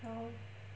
oh